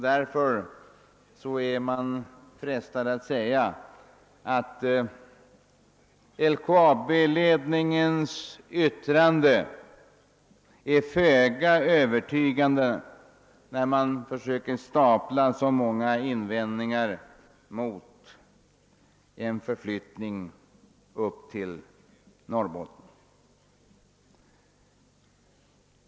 Därför känner man sig frestad att säga, att LKAB-ledningen verkar föga övertygande då den försöker på varandra stapla så många invändningar mot en förflyttning till Norrbotten.